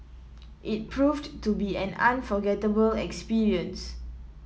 it proved to be an unforgettable experience